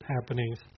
happenings